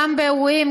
גם באירועים,